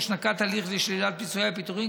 או שנקט הליך לשלילת פיצויי הפיטורים,